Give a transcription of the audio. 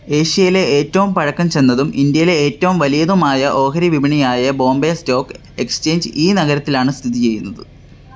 ഏഷ്യയിലെ ഏറ്റവും പഴക്കം ചെന്നതും ഇന്ത്യയിലെ ഏറ്റവും വലിയതുമായ ഓഹരി വിപണിയായ ബോംബെ സ്റ്റോക്ക് എക്സ്ചേഞ്ച് ഈ നഗരത്തിലാണ് സ്ഥിതി ചെയ്യുന്നത്